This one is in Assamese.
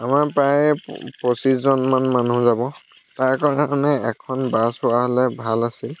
আমাৰ প্ৰায় প পঁচিছজনমান মানুহ যাব তাৰকাৰণে এখন বাছ হোৱা হ'লে ভাল আছিল